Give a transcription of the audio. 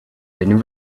been